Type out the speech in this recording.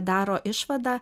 daro išvadą